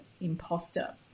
Imposter